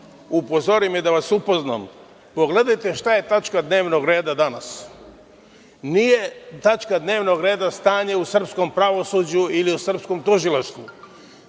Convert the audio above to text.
upozorim i da vas upoznam, pogledajte šta je tačka dnevnog reda danas. Nije tačka dnevnog reda stanje u srpskom pravosuđu ili u srpskom tužilaštvu. Na